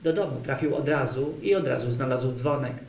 do domu trafił odrazu i odrazu znalazł dzwonek